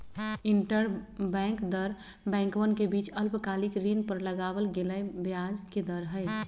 interbank दर बैंकवन के बीच अल्पकालिक ऋण पर लगावल गेलय ब्याज के दर हई